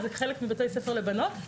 חלק מבתי ספר לבנות,